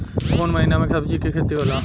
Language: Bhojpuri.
कोउन महीना में सब्जि के खेती होला?